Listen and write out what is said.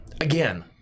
again